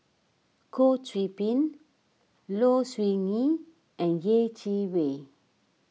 Goh Qiu Bin Low Siew Nghee and Yeh Chi Wei